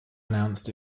announced